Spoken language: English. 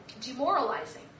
demoralizing